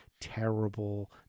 terrible